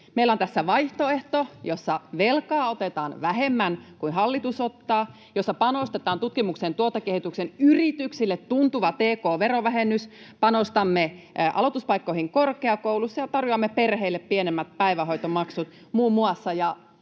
Meillä on tässä vaihtoehto, jossa velkaa otetaan vähemmän kuin hallitus ottaa, panostetaan tutkimukseen ja tuotekehitykseen, yrityksille annetaan tuntuva t&k-verovähennys, panostamme aloituspaikkoihin korkeakouluissa ja tarjoamme perheille pienemmät päivähoitomaksut, muun muassa.